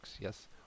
Yes